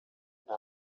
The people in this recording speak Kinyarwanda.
nta